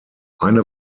eine